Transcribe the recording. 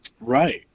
Right